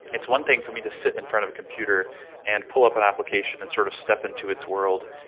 it's one thing for me to sit in front of a computer and pull up an application and sort of step into its world,